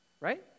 Right